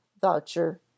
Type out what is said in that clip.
voucher